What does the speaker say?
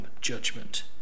judgment